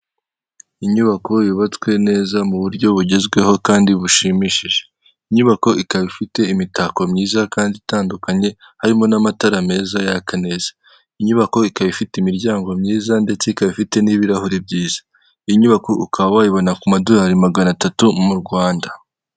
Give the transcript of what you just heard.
Inyubako yubatswe neza mu buryo bugezweho kandi bushimishije. Inyubako ikaba ifite imitako myiza kandi itandukanye harimo n'amatara meza yaka neza. Inyubako ikaba ifate imiryango myiza ndetse ikaba ifite n'ibirahure byiza. Iyo nyubako ukaba wayibona ku madorari magana atatu mu Rwanda.